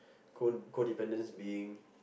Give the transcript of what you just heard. codependents being